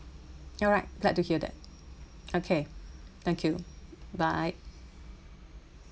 alright glad to hear that okay thank you bye